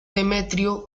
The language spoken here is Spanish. demetrio